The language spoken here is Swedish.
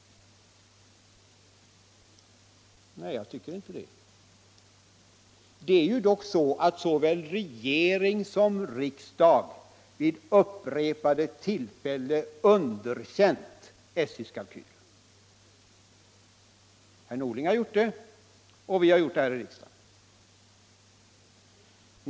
Nej, jag tycker inte det. Det är ju dock så att såväl regering som riksdag vid upprepade tillfällen underkänt SJ:s kalkyler. Herr Norling har gjort det, och vi har gjort det här i riksdagen.